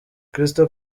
crystal